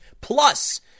plus